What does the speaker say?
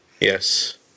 Yes